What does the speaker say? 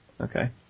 Okay